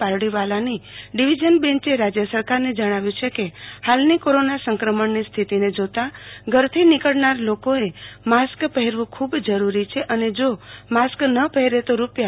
પારડીવાલાની division બેચે રાજય સરકારને જણાવ્ય છે કે હાલની કોરોના સંક્રમણની સ્થિતિન જોતાં ઘરથી નીકળનાર લોકોએ માસ્ક પહેરવં ખુબ જરૂરી છે અને જો માસ્ક ન પહેરે તો રૂા